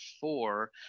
four